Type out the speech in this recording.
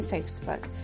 Facebook